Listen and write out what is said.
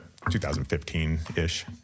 2015-ish